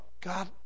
God